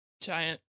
Giant